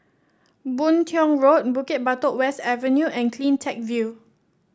Boon Tiong Road Bukit Batok West Avenue and CleanTech View